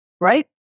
right